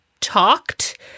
talked